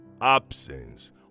absence